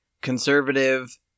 conservative